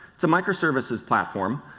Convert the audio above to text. so micro services platform,